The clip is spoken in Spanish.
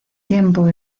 tiempo